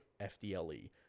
FDLE